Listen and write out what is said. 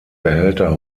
behälter